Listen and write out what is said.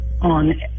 on